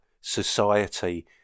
society